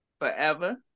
forever